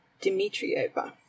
Dmitrieva